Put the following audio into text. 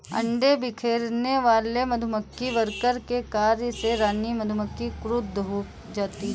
अंडे बिखेरने वाले मधुमक्खी वर्कर के कार्य से रानी मधुमक्खी क्रुद्ध हो जाती है